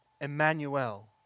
Emmanuel